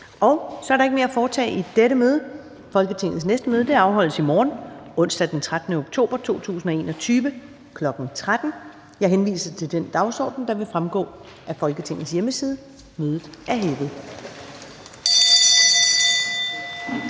Så er der ikke mere at foretage i dette møde. Folketingets næste møde afholdes i morgen, onsdag den 13. oktober 2021, kl. 13.00. Jeg henviser til den dagsorden, der vil fremgå af Folketingets hjemmeside. Mødet er hævet.